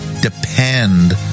depend